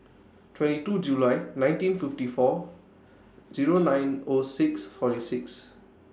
twenty two July nineteen fifty four Zero nine O six forty six